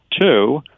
Two